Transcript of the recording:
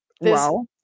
wow